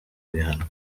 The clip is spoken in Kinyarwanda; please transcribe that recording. bihano